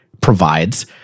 provides